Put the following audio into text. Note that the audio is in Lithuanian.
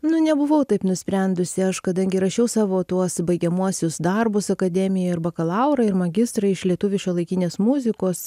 nu nebuvau taip nusprendusi aš kadangi rašiau savo tuos baigiamuosius darbus akademijoj ir bakalaurą ir magistrą iš lietuvių šiuolaikinės muzikos